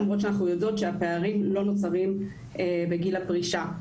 למרות שאנחנו יודעות שהפערים לא נוצרים בגיל הפרישה.